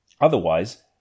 Otherwise